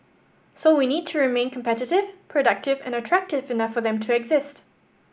so we need to remain competitive productive and attractive enough for them to exist